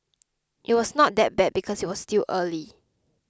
it was not that bad because it was still early